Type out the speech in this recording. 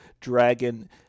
dragon